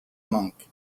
monk